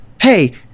Hey